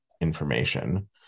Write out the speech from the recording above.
information